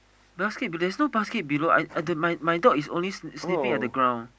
basket but there's no basket below my job is only sniffing at the ground